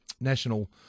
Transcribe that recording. National